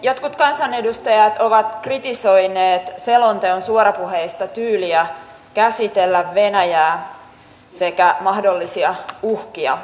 jotkut kansanedustajat ovat kritisoineet selonteon suorapuheista tyyliä käsitellä venäjää sekä mahdollisia uhkia